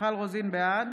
בעד